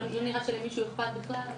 לא נראה שלמישהו אכפת בכלל.